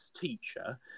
teacher